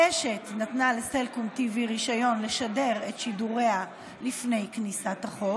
קשת נתנה לסלקום TV רישיון לשדר את שידוריה לפני כניסת החוק,